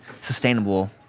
sustainable